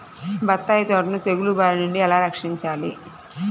బత్తాయి తోటను తెగులు బారి నుండి ఎలా రక్షించాలి?